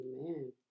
Amen